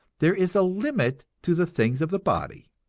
there is a limit to the things of the body,